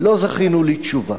לא זכינו לתשובה.